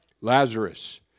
Lazarus